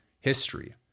history